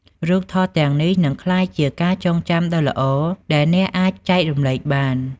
រូបថតទាំងនេះនឹងក្លាយជាការចងចាំដ៏ល្អដែលអ្នកអាចចែករំលែកបាន។